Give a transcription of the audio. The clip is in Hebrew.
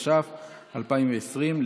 התש"ף 2020,